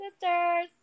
Sisters